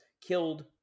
killed